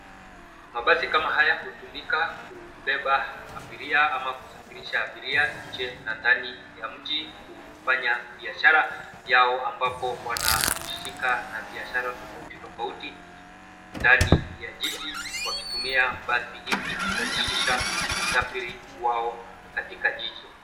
Mabasi kama haya hutumika kubeba abiria ama kusafirisha abiria nje na ndani ya mji, kufanya biashara yao ambapo wanahusika na biashara tofauti tofauti, ndani ya jiji wakitumia basi hivi kurahisisha usafiri wao katika jiji.